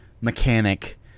mechanic